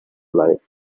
life